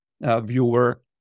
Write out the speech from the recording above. viewer